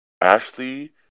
Ashley